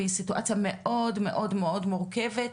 והיא סיטואציה מאוד מאוד מורכבת.